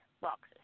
boxes